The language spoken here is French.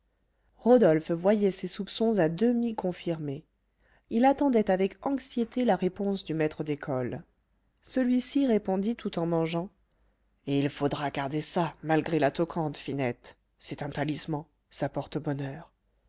rodolphe voyait ses soupçons à demi confirmés il attendait avec anxiété la réponse du maître d'école celui-ci répondit tout en mangeant et il faudra garder ça malgré la toquante finette c'est un talisman ça porte bonheur